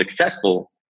successful